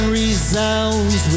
resounds